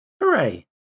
hooray